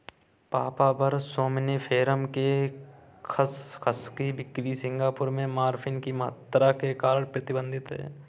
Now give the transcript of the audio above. papaver somniferum के खसखस की बिक्री सिंगापुर में मॉर्फिन की मात्रा के कारण प्रतिबंधित है